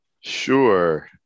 Sure